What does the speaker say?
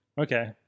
Okay